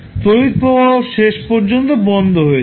তড়িৎ প্রবাহ শেষ পর্যন্ত বন্ধ হয়ে যাবে